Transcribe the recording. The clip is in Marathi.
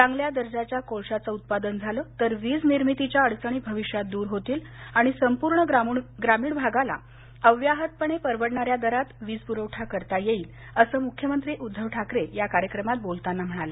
चांगल्या दर्जाच्या कोळशाचं उत्पादन झालं तर वीज निर्मितीच्या अडचणी भविष्यात दूर होतील आणि संपूर्ण ग्रामीण भागाला अव्याहतपणे परवडणाऱ्या दरात वीज पुरवठा करता येईल असं मुख्यमंत्री उद्धव ठाकरे या कार्यक्रमात बोलताना म्हणाले